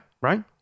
right